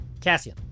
Cassian